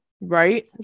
right